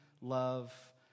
love